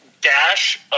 dash